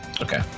Okay